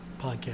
podcast